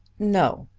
no.